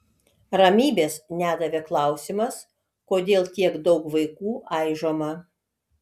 ramybės nedavė klausimas kodėl tiek daug vaikų aižoma